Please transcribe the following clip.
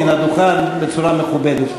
מן הדוכן בצורה מכובדת.